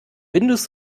windows